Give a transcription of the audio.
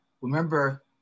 remember